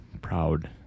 proud